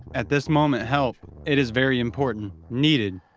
at this moment help it is very important, needed.